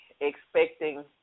expecting